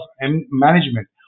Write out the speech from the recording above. management